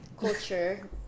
culture